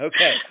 Okay